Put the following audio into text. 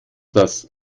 das